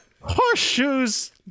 Horseshoes